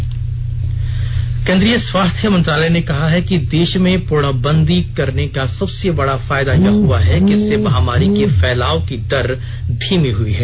lockdown केन्द्रीय स्वास्थ्य मंत्रालय ने कहा है कि देश में पूर्णबंदी करने का सबसे बडा फायदा यह हुआ है कि इससे महामारी के फैलाव की दर धीमी हई है